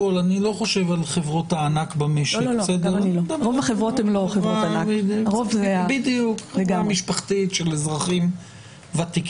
אני לא חושב על חברות הענק במשק אלא על חברה משפחתית של אזרחים ותיקים.